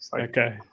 Okay